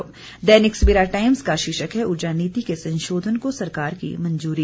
जबकि दैनिक सवेरा टाइम्स का शीर्षक है ऊर्जा नीति के संशोधन को सरकार की मंजूरी